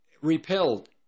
repelled